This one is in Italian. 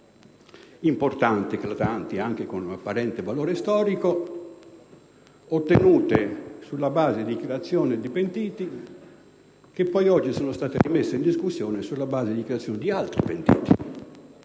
importanti, anche con apparente valore storico, ottenute sulla base di dichiarazioni di pentiti, che poi sono state messe in discussione sulla base di dichiarazioni di altri pentiti.